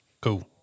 Cool